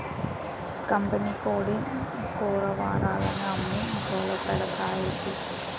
కంపినీకోడీ కూరకావాలని అమ్మి గోలపెడతాంది